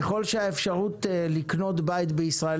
ככל שהאפשרות לקנות בית בישראל